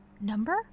number